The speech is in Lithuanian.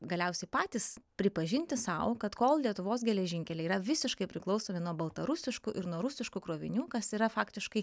galiausiai patys pripažinti sau kad kol lietuvos geležinkeliai yra visiškai priklausomi nuo baltarusiškų ir nuo rusiškų krovinių kas yra faktiškai